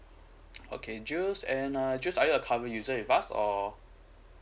okay juice and uh juice are you a current user with us or